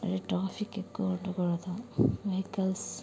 ఇక్కడ ట్రాఫిక్ ఎక్కువ ఉండకూడదు వెహికల్స్